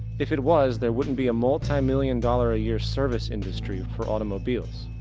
if it was, there wouldn't be a multi-million dollar a year service industry for automobiles.